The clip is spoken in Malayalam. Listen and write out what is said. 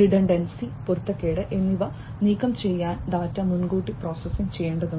റിഡൻഡൻസി പൊരുത്തക്കേട് എന്നിവ നീക്കം ചെയ്യാൻ ഡാറ്റ മുൻകൂട്ടി പ്രോസസ്സ് ചെയ്യേണ്ടതുണ്ട്